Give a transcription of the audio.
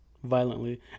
violently